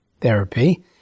therapy